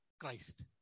Christ